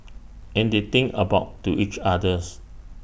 and they think about to each others